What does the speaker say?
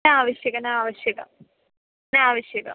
न आवश्यकं न आवश्यकं न आवश्यकम्